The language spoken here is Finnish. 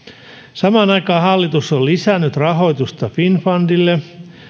samaan aikaan hallitus on lisännyt rahoitusta finnfundille